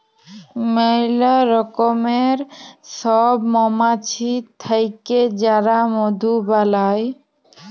ম্যালা রকমের সব মমাছি থাক্যে যারা মধু বালাই